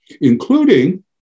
Including